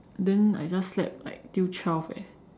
then I just slept like until twelve eh